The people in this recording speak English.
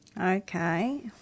Okay